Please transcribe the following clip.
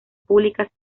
públicas